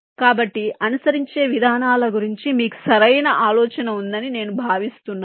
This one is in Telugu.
కాబట్టి అనుసరించే విధానాల గురించి మీకు సరైన ఆలోచన ఉందని నేను భావిస్తున్నాను